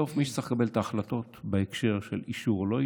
בסוף מי שצריך לקבל את ההחלטות בהקשר של אישור או לא אישור,